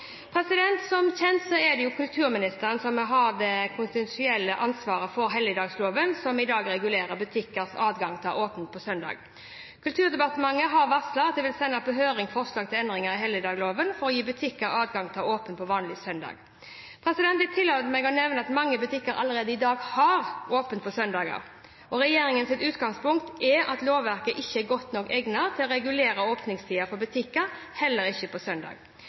Som kjent er det kulturministeren som har det konstitusjonelle ansvaret for helligdagsloven, som i dag regulerer butikkers adgang til å ha åpent på søndager. Kulturdepartementet har varslet at de vil sende på høring forslag til endringer i helligdagsloven for å gi butikker adgang til å ha åpent på vanlige søndager. Jeg tillater meg å nevne at mange butikker allerede i dag har åpent på søndager. Regjeringens utgangspunkt er at lovverket ikke er godt nok egnet til å regulere åpningstidene for butikker, heller ikke på